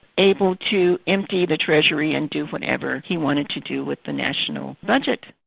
able to empty the treasury and do whatever he wanted to do with the national budget.